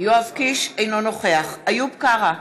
יואב קיש, אינו נוכח איוב קרא,